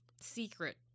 secret